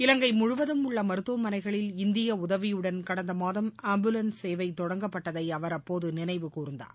இலங்கை முழுவதும் உள்ள மருத்துவமனைகளில் இந்திய உதவியுடன் கடந்த மாதம் ஆம்புலன்ஸ் சேவை தொடங்கப்பட்டதை அவர் அப்போது நினைவுகூர்ந்தார்